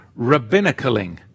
rabbinicaling